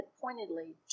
pointedly